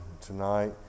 tonight